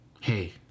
Hey